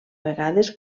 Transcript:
vegades